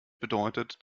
bedeutet